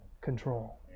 control